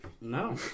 No